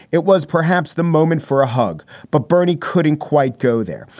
it was perhaps the moment for a hug. but bernie couldn't quite go there.